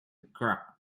crack